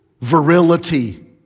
virility